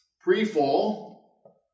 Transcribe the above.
pre-fall